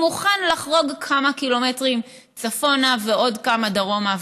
מוכן לחרוג כמה קילומטרים צפונה ועוד כמה דרומה,